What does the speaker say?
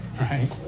Right